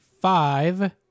five